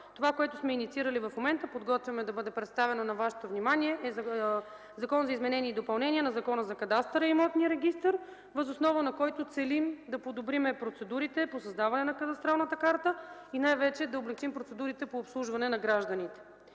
Това, което сме инициирали в момента – подготвяме да бъде представен на вашето внимание Закон за изменение и допълнение на Закона за кадастъра и имотния регистър, въз основа на който целим да подобрим процедурите по създаване на кадастралната карта, и най-вече да облекчим процедурите по обслужване на гражданите.